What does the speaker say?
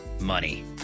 money